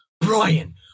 Brian